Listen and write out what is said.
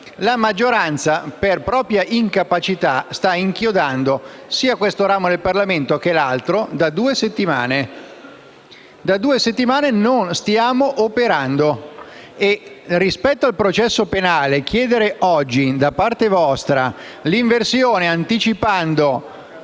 la maggioranza, per propria incapacità, sta inchiodando sia questo ramo del Parlamento che l'altro da due settimane. Da due settimane non stiamo operando. Rispetto al processo penale, il fatto che voi oggi chiediate l'inversione dell'ordine